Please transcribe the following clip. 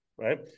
right